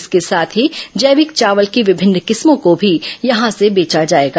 इसके साथ ही जैविक चावल की विभिन्न किस्मों को भी यहां से बेचा जाएगा